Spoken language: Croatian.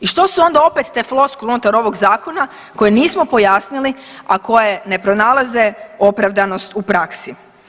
I što su onda opet te floskule unutar ovog zakona koje nismo pojasnili, a koje ne pronalaze opravdanost u praksi.